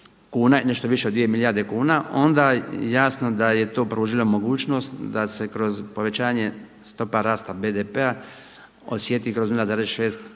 nešto više od dvije milijarde kuna, onda jasno da je to pružilo mogućnost da se kroz povećanje stopa rasta BDP-a osjeti kroz 0,6% BDP-a